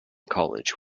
college